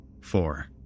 Four